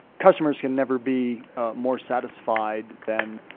customers can never be more satisfied than